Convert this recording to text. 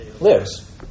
Lives